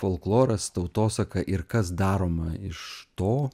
folkloras tautosaka ir kas daroma iš to